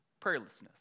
Prayerlessness